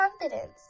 confidence